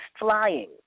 flying